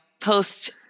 post